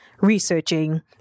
researching